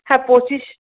হ্যাঁ পঁচিশ